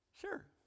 Sure